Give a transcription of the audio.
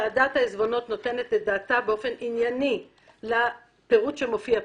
ועדת העיזבונות נותנת את דעתה באופן ענייני לפירוט שמופיע פה.